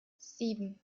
sieben